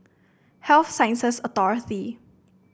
Health Sciences Authority